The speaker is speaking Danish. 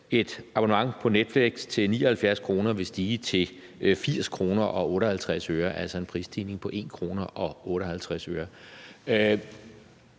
et abonnement på Netflix til 79 kr. vil stige til 80 kr. og 58 øre, altså en prisstigning på 1 krone og 58 øre.